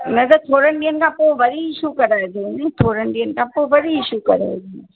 न त थोरनि ॾींहंनि खां पोइ वरी इशू कराएजांइ न थोरनि ॾींहंनि खां पोइ वरी इशू कराएजांइ